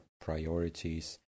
priorities